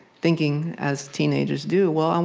thinking, as teenagers do, well, um